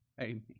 Amen